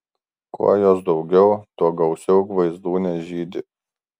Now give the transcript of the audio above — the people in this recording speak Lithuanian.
kuo jos daugiau tuo gausiau gvaizdūnės žydi